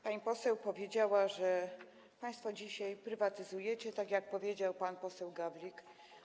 Pani poseł powiedziała, że państwo dzisiaj prywatyzujecie, tak jak powiedział pan poseł Gawlik.